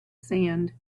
sand